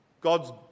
God's